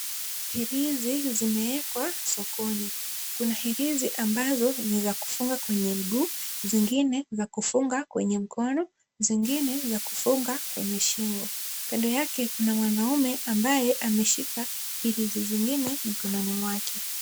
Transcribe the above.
Hirizi zimeekwa sokoni. Kuna hirizi ambazo ni za kufunga kwenye mguu, zingine za kufunga kwenye mkono, zingine za kufunga kwenye shingo. Kando yake kuna mwanaume ambaye ameshika hirizi zingine mkononi mwake.